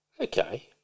Okay